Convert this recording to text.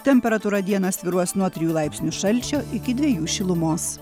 temperatūra dieną svyruos nuo trijų laipsnių šalčio iki dviejų šilumos